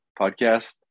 podcast